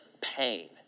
pain